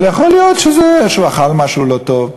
אבל יכול להיות שהוא אכל משהו לא טוב,